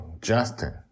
Justin